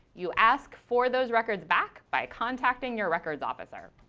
you ask for those records back by contacting your records officer.